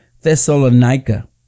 Thessalonica